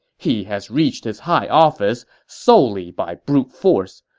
he has reached his high office solely by brute force.